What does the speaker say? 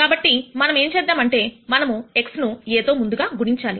కాబట్టి మనమేం చేద్దామంటే మనము x ను A తో ముందుగా గుణించాలి